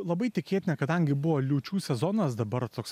labai tikėtina kadangi buvo liūčių sezonas dabar toks